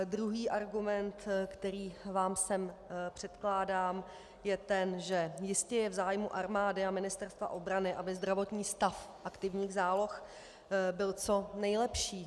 Druhý argument, který vám sem předkládám, je ten, že jistě je v zájmu armády a Ministerstva obrany, aby zdravotní stav aktivních záloh byl co nejlepší.